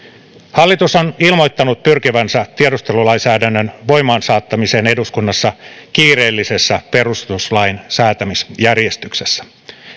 hallitus on ilmoittanut pyrkivänsä tiedustelulainsäädännön voimaansaattamiseen eduskunnassa kiireellisessä perustuslain säätämisjärjestyksessä